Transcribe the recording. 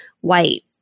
white